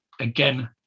Again